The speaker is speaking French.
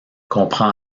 comprend